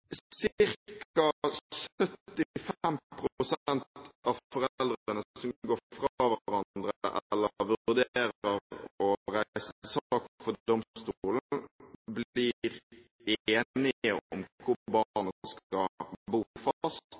av foreldrene som går fra hverandre eller vurderer å reise sak for domstolen, blir enige om hvor barnet skal